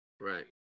Right